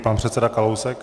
Pan předseda Kalousek.